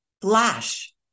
flash